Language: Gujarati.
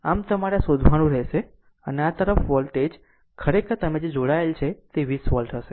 આમ તમારે આ શોધવાનું રહેશે અને આ તરફ આ વોલ્ટેજ ખરેખર તમે જે જોડાયેલ છે તે 20 વોલ્ટ હશે